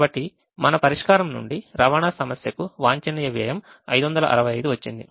కాబట్టి మన పరిష్కారం నుండి ఈ రవాణా సమస్యకు వాంఛనీయ వ్యయం 565 వచ్చింది